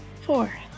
Four